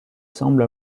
semble